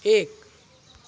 एक